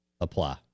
apply